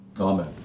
Amen